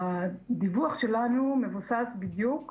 זו פונקציית הפעולה ויכול להיות שיש לי סטייה סטטיסטית כזו או אחרת.